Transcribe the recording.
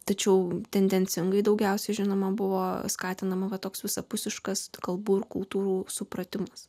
tačiau tendencingai daugiausiai žinoma buvo skatinama va toks visapusiškas kalbų ir kultūrų supratimas